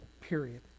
Period